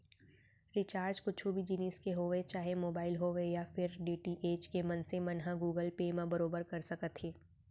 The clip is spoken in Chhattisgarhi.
रिचार्ज कुछु भी जिनिस के होवय चाहे मोबाइल होवय या फेर डी.टी.एच के मनसे मन ह गुगल पे म बरोबर कर सकत हे